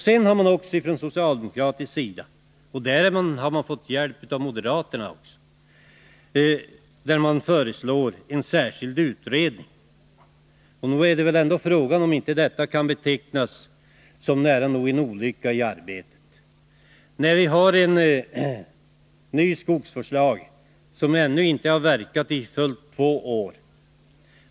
Sedan har socialdemokraterna, med hjälp av moderaterna, också föreslagit en särskild utredning. Det är väl frågan om inte detta kan betecknas som nära nog en olyckshändelse i arbetet. Vi har en ny skogsvårdslag, som ännu inte har verkat i fullt två år.